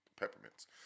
peppermints